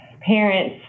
parents